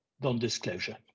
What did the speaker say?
non-disclosure